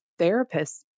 therapists